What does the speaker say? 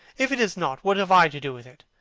if it is not, what have i to do with it?